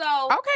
okay